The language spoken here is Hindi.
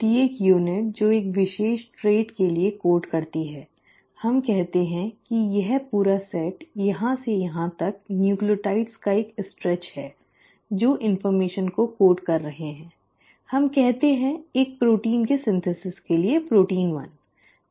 प्रत्येक यूनिट जो एक विशेष गुण के लिए कोड करती है हम कहते हैं कि यह पूरा सेट यहाँ से यहाँ तक न्यूक्लियोटाइड्स का एक स्ट्रेच है जो इन्फ़र्मेशन को कोड कर रहे हैं हम कहते हैं एक प्रोटीन के संश्लेषण के लिए प्रोटीन 1